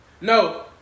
No